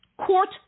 Court